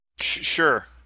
Sure